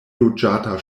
loĝata